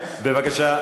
בבקשה,